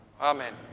amen